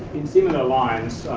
similar lines,